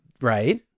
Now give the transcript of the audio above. Right